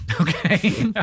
Okay